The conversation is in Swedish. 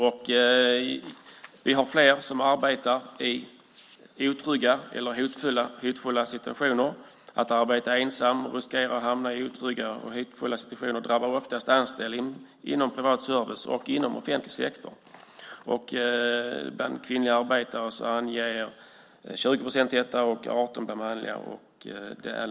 De är nu fler som i sitt arbete möter otrygga eller hotfulla situationer. Risken att hamna i otrygga och hotfulla situationer drabbar ofta anställda som arbetar ensamma inom privat service och offentlig sektor. Bland kvinnliga arbetare anger 20 procent att så är fallet. Motsvarande siffra bland manliga är 18 procent.